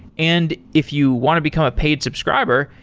and if you want to become a paid subscriber,